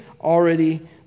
already